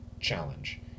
challenge